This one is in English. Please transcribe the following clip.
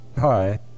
Hi